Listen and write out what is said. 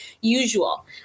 usual